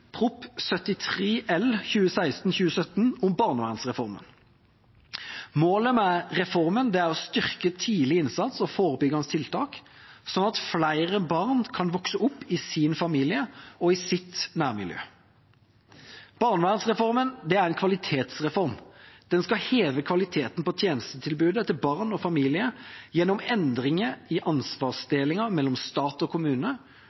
Prop. 73 L for 2016–2017 om barnevernsreformen. Målet med reformen er å styrke tidlig innsats og forebyggende tiltak, slik at flere barn kan vokse opp i sin familie og sitt nærmiljø. Barnevernsreformen er en kvalitetsreform. Den skal heve kvaliteten på tjenestetilbudet til barn og familier gjennom endringer i ansvarsdelingen mellom stat og kommune,